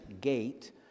gate